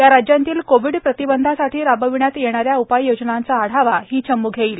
या राज्यांतील कोविड प्रतिबंधासाठी राबविण्यात येणाऱ्या उपाययोजनांचा आढावा ही चम ् घेईल